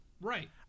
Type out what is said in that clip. Right